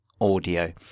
audio